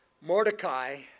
Mordecai